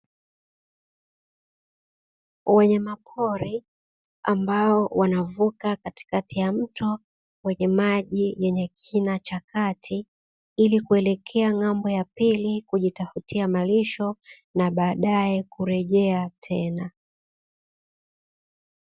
Wanyama pori ambao wanavuka katikati ya mto wenye maji yenye kina cha kati, ili kuelekea ng'ambo ya pili kujitafutia malisho na baadae kurejea tena.